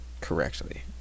correctly